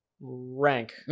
rank